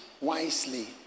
wisely